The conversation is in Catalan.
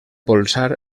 polsar